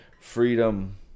freedom